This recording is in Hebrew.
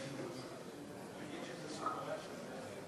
שלוש דקות.